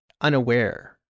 unaware